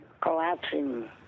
collapsing